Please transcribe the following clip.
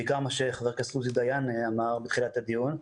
בעיקר מה שחבר הכנסת עוזי דיין אמר בתחילת הדיון.